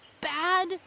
bad